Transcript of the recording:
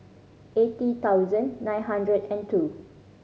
eighty thousand nine hundred and two